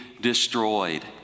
destroyed